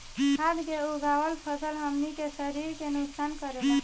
खाद्य से उगावल फसल हमनी के शरीर के नुकसान करेला